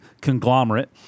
conglomerate